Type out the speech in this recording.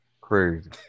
Crazy